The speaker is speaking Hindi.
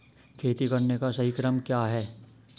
खेती करने का सही क्रम क्या है?